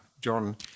John